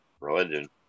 religion